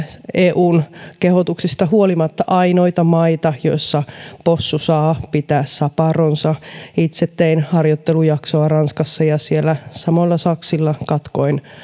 eun kehotuksista huolimatta ainoita maita joissa possu saa pitää saparonsa itse tein harjoittelujaksoa ranskassa ja siellä samoilla saksilla katkoin